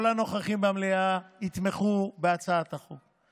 כל הנוכחים במליאה יתמכו בהצעת החוק.